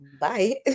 bye